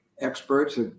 experts